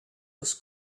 was